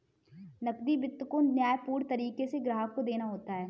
नकदी वित्त को न्यायपूर्ण तरीके से ग्राहक को देना होता है